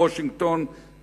לוושינגטון,